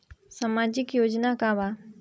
सामाजिक योजना का बा?